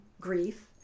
grief